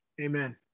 Amen